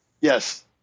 Yes